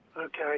okay